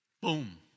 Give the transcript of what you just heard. Boom